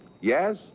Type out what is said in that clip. Yes